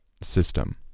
system